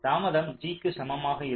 தாமதம் g க்கு சமமாக இருக்கும்